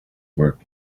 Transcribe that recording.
work